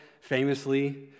famously